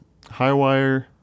Highwire